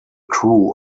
crew